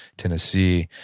tennessee.